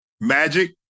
Magic